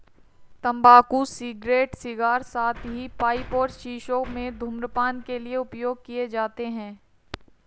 तंबाकू cigarette, cigar, साथ ही पाइप और शीशों में धूम्रपान के लिए उपयोग किए जाते हैं